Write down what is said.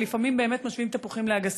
ולפעמים באמת משווים תפוחים לאגסים.